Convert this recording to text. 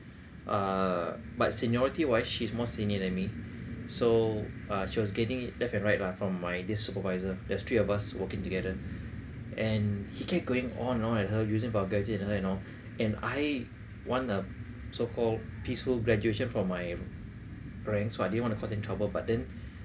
uh but seniority wise she's more senior than me so uh she was getting it left and right lah from my this supervisor there's three of us working together and he kept going on and on on her using vulgarity at her and all and I want a so called peaceful graduation for my friend so I didn't want to cause any trouble but then